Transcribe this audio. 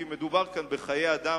כי מדובר כאן בחיי אדם